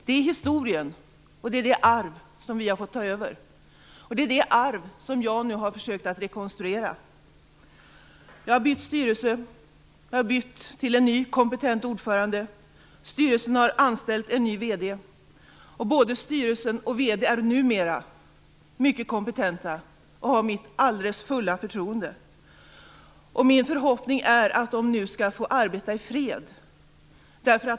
Det är historien och det arv som vi har fått ta över. Det är det arvet som jag nu har försökt att rekonstruera. Jag har bytt ut styrelsen. Jag har bytt till en ny kompetent ordförande. Styrelsen har anställt en ny VD. Både styrelsen och VD är numera mycket kompetenta och har mitt alldeles fulla förtroende. Det är min förhoppning att de nu skall få arbeta i fred.